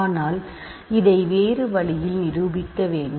ஆனால் இதை வேறு வழியில் நிரூபிக்க வேண்டும்